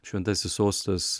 šventasis sostas